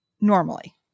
normally